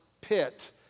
pit